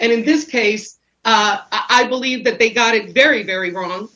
and in this case i believe that they got it very very wrong